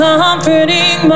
Comforting